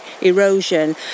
erosion